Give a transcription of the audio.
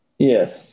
Yes